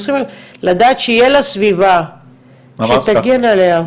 לדעת שיהיה לה סביבה שתגן עליה.